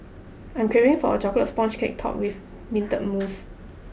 I am craving for a chocolate sponge cake topped with minted mousse